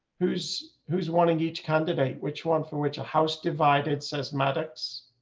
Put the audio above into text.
who's, who's wanting each candidate which one for which a house divided says maddox.